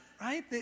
right